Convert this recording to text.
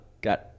got